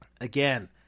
again